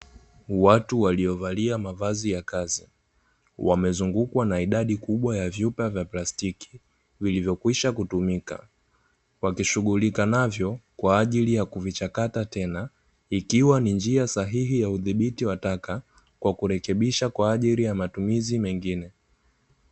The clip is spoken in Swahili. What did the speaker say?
Watu waliovalia mavazi ya kazi, wamezungukwa na idadi kubwa ya vyupa vya plastiki, vilivyokwisha kutumika. Wakishughulika navyo kwa ajili ya kuvichakata tena, ikiwa ni njia sahihi ya udhibiti wa taka, kwa kurekebisha kwa ajili ya matumizi mengine.